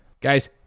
Guys